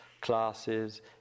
classes